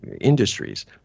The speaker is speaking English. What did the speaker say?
Industries